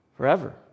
Forever